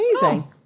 amazing